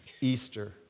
Easter